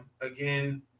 Again